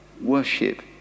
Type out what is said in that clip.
Worship